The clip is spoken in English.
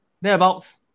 thereabouts